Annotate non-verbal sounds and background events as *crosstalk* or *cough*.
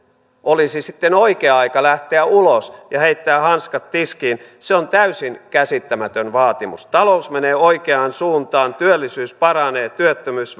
olisi sitten oikea aika lähteä ulos ja heittää hanskat tiskiin on täysin käsittämätön vaatimus talous menee oikeaan suuntaan työllisyys paranee työttömyys *unintelligible*